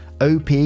OP